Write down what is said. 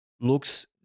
looks